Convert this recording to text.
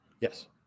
yes